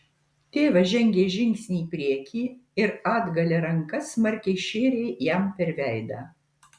tėvas žengė žingsnį į priekį ir atgalia ranka smarkiai šėrė jam per veidą